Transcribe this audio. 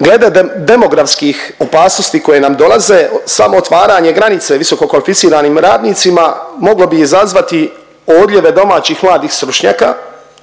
Glede demografskih opasnosti koje nam dolaze samo otvaranje granice visokokvalificiranim radnicima moglo bi izazvati odljeve domaćih mladih stručnjaka,